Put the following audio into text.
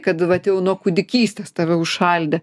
kad vat jau nuo kūdikystės tave užšaldė